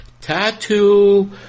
tattoo